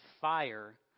fire